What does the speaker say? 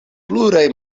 pluraj